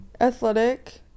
Athletic